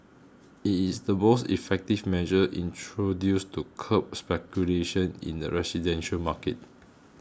it is the most effective measure introduced to curb speculation in the residential market